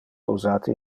usate